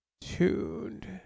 tuned